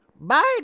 Bye